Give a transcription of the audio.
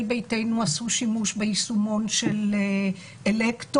ביתנו עשו שימוש ביישומון של "אלקטור",